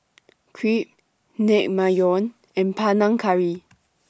Crepe Naengmyeon and Panang Curry